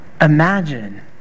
Imagine